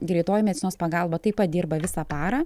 greitoji medicinos pagalba taip pat dirba visą parą